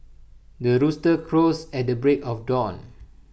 the rooster crows at the break of dawn